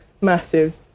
massive